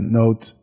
note